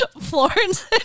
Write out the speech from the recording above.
Florence